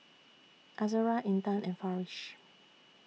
Azura Intan and Farish